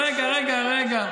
רגע, רגע, רגע.